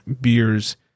beers